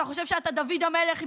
אתה חושב שאתה דוד המלך,